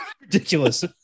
Ridiculous